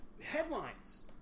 headlines